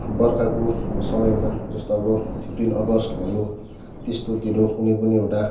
बर्खाको अब समयमा जस्तो अब फिफ्टिन अगस्त भयो त्यस्तोतिर कुनै पनि एउटा